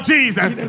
Jesus